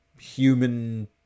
human